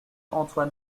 antoine